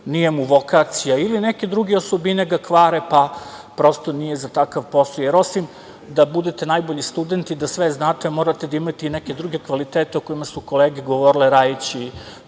nije mu vokacija ili neke druge osobine ga kvare, pa nije za takav posao, jer osim da budete najbolji student i da sve znate morate da imate i neke druge kvalitete, o kojima su kolege govorile, Rajić